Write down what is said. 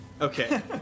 Okay